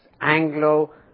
anglo